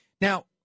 Now